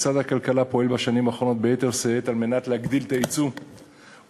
משרד הכלכלה פועל בשנים האחרונות ביתר שאת להגדיל את היצוא ולגוונו,